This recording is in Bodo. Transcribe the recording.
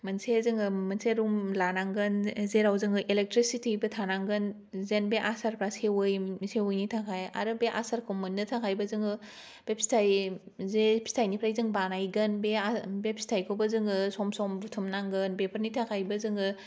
मोनसे जोङो मोनसे रूम लानांगोन जेराव जोङो एलेकट्रिचिटिबो थानांगोन जेन बे आचारफ्रा सेवयै सेवयैनि थाखाय आरो बे आचारखौ मोननो थाखायबो जोङो बे फिथाइ जे फिथाइनिफ्राय जों बानायगोन बे आ बे फिथाइखौबो जों सम सम बुथुमनांगोन बेफोरनि थाखाय बो जोङो